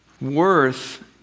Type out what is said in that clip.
Worth